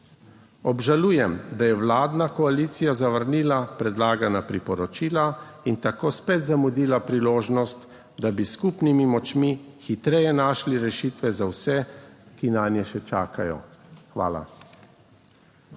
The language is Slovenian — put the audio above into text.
Obžalujem, da je vladna koalicija zavrnila predlagana priporočila in tako spet zamudila priložnost, da bi s skupnimi močmi hitreje našli rešitve za vse, ki nanje še čakajo. Hvala.